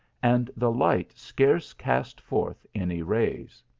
and the light scarce cast forth any rays.